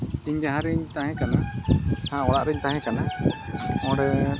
ᱤᱧ ᱡᱟᱦᱟᱸᱨᱮᱧ ᱛᱟᱦᱮᱸ ᱠᱟᱱᱟ ᱡᱟᱦᱟᱸ ᱚᱲᱟᱜᱨᱮᱧ ᱛᱟᱦᱮᱸ ᱠᱟᱱᱟ ᱚᱸᱰᱮ